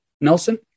Nelson